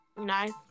Nice